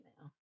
now